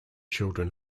children